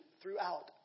throughout